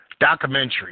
documentary